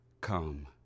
come